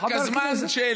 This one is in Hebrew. הוא חבר כנסת, רק הזמן של שרת